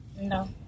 No